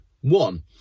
One